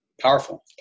Powerful